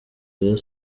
rayon